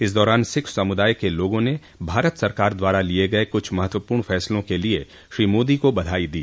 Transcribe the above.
इस दौरान सिख समुदाय के लोगों ने भारत सरकार द्वारा लिए गए कुछ महत्वपूर्ण फैसलों के लिए श्री मोदी को बधाई दी